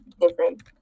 different